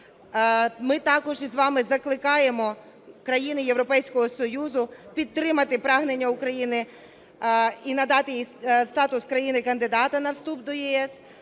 ми також із вами закликаємо країни Європейського Союзу підтримати прагнення України і надати статус країни-кандидата на вступ до ЄС.